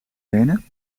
lenen